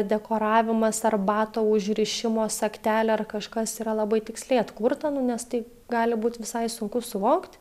dekoravimas ar bato užrišimo sagtelė ar kažkas yra labai tiksliai atkurta nu nes tai gali būt visai sunku suvokt